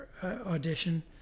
audition